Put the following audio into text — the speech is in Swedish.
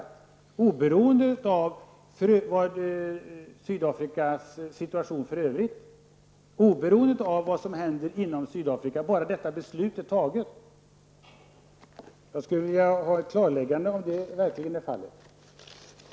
Vi skall alltså slopa sanktionerna oberoende av Sydafrikas situation i övrigt, oberoende av vad som händer i Sydafrika, bara detta beslut har fattats. Jag skulle vilja ha ett klarläggande om moderaterna verkligen menar så.